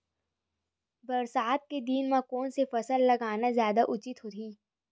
बरसात के दिन म कोन से फसल लगाना जादा उचित होही?